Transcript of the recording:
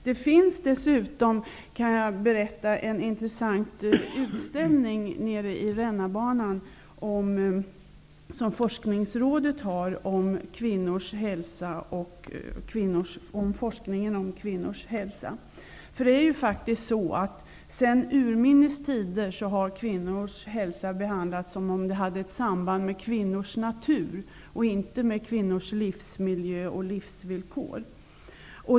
Jag kan dessutom berätta att det nere i Rännarbanan finns en intressant utställning, som Forskningsrådet har gjort om forskningen om kvinnors hälsa. Sedan urminnes tider har faktiskt kvinnors hälsa behandlats som om den hade ett samband med kvinnors natur och inte med kvinnors livsmiljö och livsvillkor.